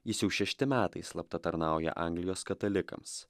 jis jau šešti metai slapta tarnauja anglijos katalikams